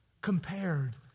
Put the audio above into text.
compared